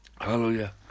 Hallelujah